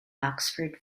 oxford